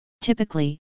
Typically